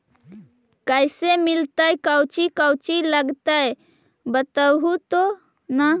कैसे मिलतय कौची कौची लगतय बतैबहू तो न?